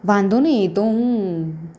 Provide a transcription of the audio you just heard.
વાંધો નહીં એ તો હું